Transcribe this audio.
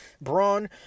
Braun